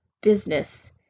business